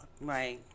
Right